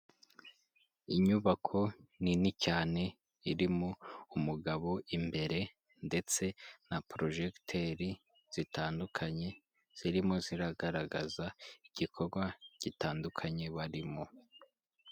Inyubako nini cyane irimo umugabo imbere ndetse na porojegiteri zitandukanye, zirimo ziragaragaza igikorwa gitandukanye barimo.